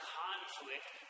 conflict